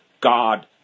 God